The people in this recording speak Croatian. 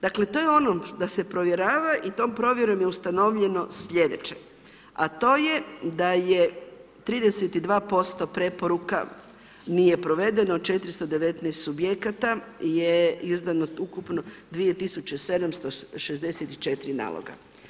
Dakle to je ono da se provjerava i tom provjerom je ustanovljeno sljedeće, a to je da je 32% preporuka nije provedeno, 419 subjekata je izdano ukupno 2764 naloga.